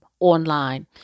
online